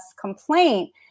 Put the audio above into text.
complaint